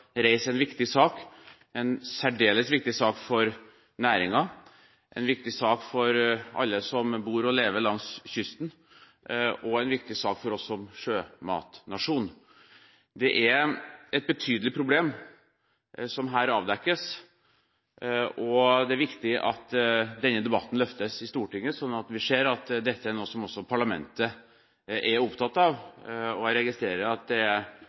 en viktig sak – en særdeles viktig sak for næringen, en viktig sak for alle som bor og lever langs kysten, og en viktig sak for oss som sjømatnasjon. Det er et betydelig problem som her avdekkes, og det er viktig at denne debatten løftes i Stortinget, sånn at en ser at dette er noe som også parlamentet er opptatt av. Jeg registrerer at det er bred enighet om at dette er det